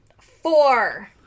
Four